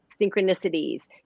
synchronicities